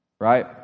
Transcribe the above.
Right